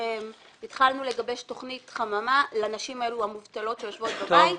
התחלנו לגבש תוכנית חממה לנשים המובטלות האלו שיושבות בבית.